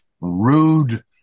rude